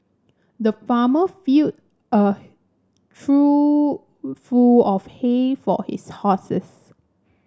the farmer filled a trough full of hay for his horses